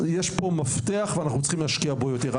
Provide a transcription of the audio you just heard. יש פה מפתח ואנחנו צריכים להשקיע בו יותר.